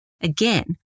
Again